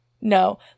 no